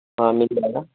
ہاں مل جائے گا